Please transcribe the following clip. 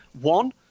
One